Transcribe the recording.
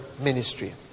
ministry